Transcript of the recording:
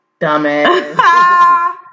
dumbass